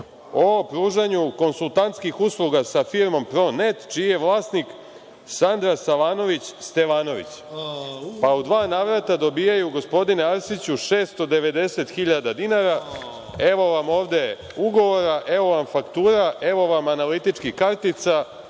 o pružanju konsultantskih usluga sa firmom „Pro net“, čiji je vlasnik Sandra Savanović Stevanović, pa u dva navrata dobijaju, gospodine Arsiću, 690 hiljada dinara, evo vam ovde ugovora, evo vam faktura, evo vam analitičkih kartica.